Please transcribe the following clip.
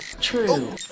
True